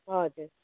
हजुर